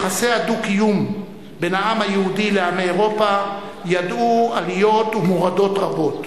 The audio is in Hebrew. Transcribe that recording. יחסי הדו-קיום בין העם היהודי לעמי אירופה ידעו עליות ומורדות רבים.